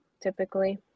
typically